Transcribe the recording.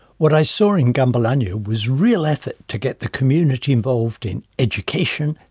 what i saw in gunbalanya was real effort to get the community involved in education,